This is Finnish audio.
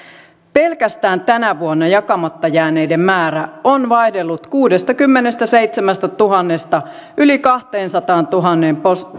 pelkästään tänä vuonna jakamatta jääneiden määrä on vaihdellut kuudestakymmenestäseitsemästätuhannesta yli kahteensataantuhanteen